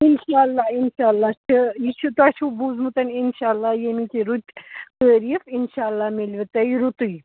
اِنشاء اللہ اِشاء اللہ چھِ یہِ چھِ توہہِ چھُو بوٗزٕمٕتۍ اِنشاء اللہ ییٚمِکۍ یہِ رٕتۍ تٲریٖف اِنشاء اللہ مِلوٕ تۄہہِ رُتٕے